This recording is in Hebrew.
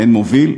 באין מוביל,